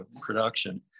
production